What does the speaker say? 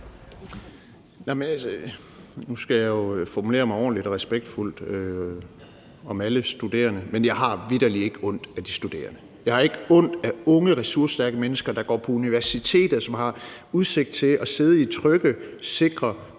Nu skal jeg jo formulere mig ordentligt og respektfuldt om alle studerende, men jeg har vitterlig ikke ondt af de studerende. Jeg har ikke ondt af unge, ressourcestærke mennesker, der går på universitetet, og som har udsigt til at sidde i trygge, sikre